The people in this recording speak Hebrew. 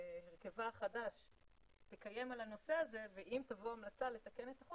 אני רק מזכירה שתהליך החקיקה הוא תהליך שלוקח את הזמן שלו ולפעמים